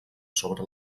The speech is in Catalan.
sobre